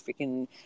freaking